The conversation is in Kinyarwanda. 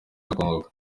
irakongoka